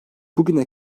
bugüne